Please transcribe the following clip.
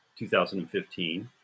2015